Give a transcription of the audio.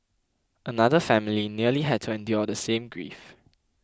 another family nearly had to endure the same grief